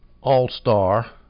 all-star